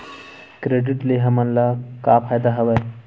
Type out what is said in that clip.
Credit ले हमन ला का फ़ायदा हवय?